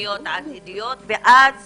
תוכניות עתידיות, ואז